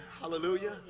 Hallelujah